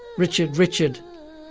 richard, richard,